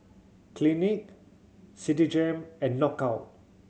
Clinique Citigem and Knockout